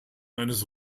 eines